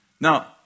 Now